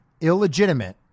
illegitimate